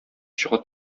чыга